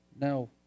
Now